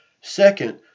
Second